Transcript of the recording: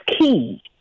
key